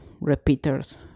repeaters